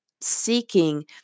seeking